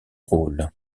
rôle